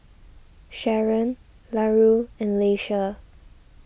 Sharon Larue and Leisha